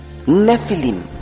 Nephilim